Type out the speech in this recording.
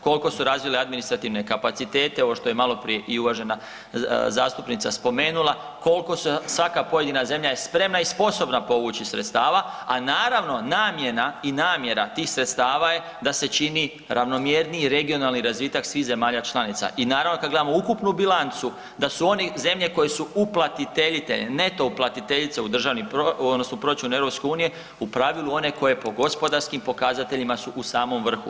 Koliko su razvile administrativne kapacitete, ovo što je maloprije i uvažena zastupnica spomenula, koliko se svaka pojedina zemlje je spremna i sposobna povući sredstava, a naravno, namjena i namjera tih sredstava je da se čini ravnomjerniji regionalni razvitak svih zemalja članica i naravno kad gledamo ukupnu bilancu da su one zemlje koje su uplatitelj, .../nerazumljivo/... neto uplatiteljice u državni proračun, odnosno u proračun EU, u pravilu one koje po gospodarskim pokazateljima su u samom vrhu.